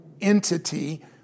entity